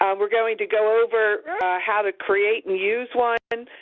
um we're going to go over how to create and use one,